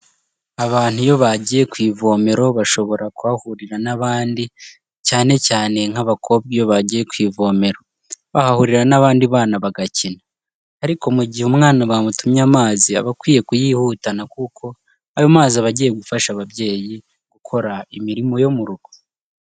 Abantu iyo bagiye ku ivomero bashobora kuhahurira n'abandi, cyane cyane nk'abakobwa iyo bagiye ku ivomero. Bahahurira n'abandi bana bagakina. Ariko mu gihe umwana bamutumye amazi aba akwiye kuyihutana kuko ayo mazi aba agiye gufasha ababyeyi gukora imirimo yo mu rugo.